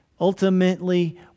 Ultimately